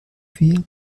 wir